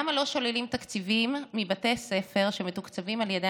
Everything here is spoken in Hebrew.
למה לא שוללים תקציבים מבתי ספר שמתוקצבים על ידי